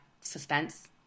suspense